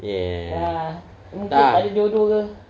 ya tak